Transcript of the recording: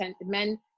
men